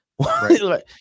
right